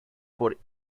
por